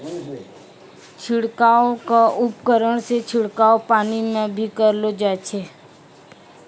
छिड़काव क उपकरण सें छिड़काव पानी म भी करलो जाय छै